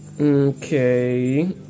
Okay